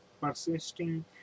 persisting